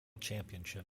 championship